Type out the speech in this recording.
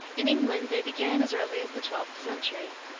in england they began as early as the twelfth century.